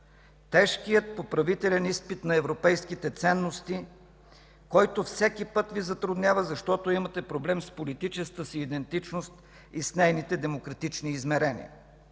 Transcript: тежкият поправителен изпит на европейските ценности, който всеки път Ви затруднява, защото имате проблем с политическата си идентичност и с нейните демократични измерения.